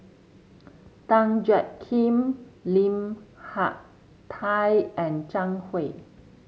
Tan Jiak Kim Lim Hak Tai and Zhang Hui